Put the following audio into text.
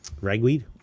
ragweed